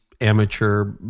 amateur